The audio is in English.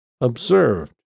observed